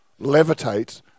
levitate